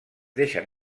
deixen